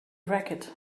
racket